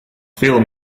veel